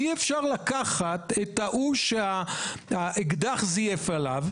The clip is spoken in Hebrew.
אי-אפשר לקחת את ההוא שהאקדח זייף אצלו,